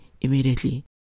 immediately